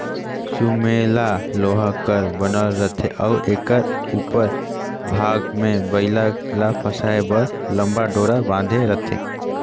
सुमेला लोहा कर बनल रहथे अउ एकर उपर भाग मे बइला ल फसाए बर लम्मा डोरा बंधाए रहथे